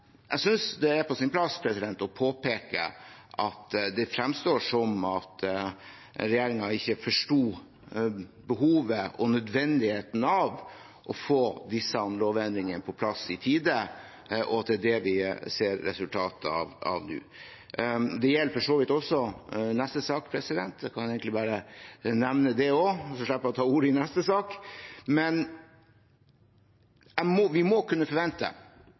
jeg synes det er på sin plass å påpeke at det fremstår som at regjeringen ikke forsto behovet for og nødvendigheten av å få disse lovendringene på plass i tide, og at det er det vi ser resultatet av nå. Det gjelder for så vidt også neste sak. Jeg kan egentlig bare nevne det også, så slipper jeg å ta ordet i neste sak. Vi må kunne forvente